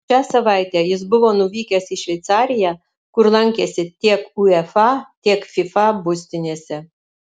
šią savaitę jis buvo nuvykęs į šveicariją kur lankėsi tiek uefa tiek fifa būstinėse